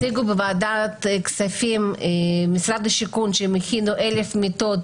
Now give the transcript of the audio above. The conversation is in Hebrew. משרד השיכון הציגו בוועדת הכספים שהם הכינו 1,000 מיטות,